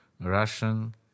Russian